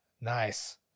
Nice